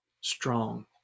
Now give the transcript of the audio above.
strong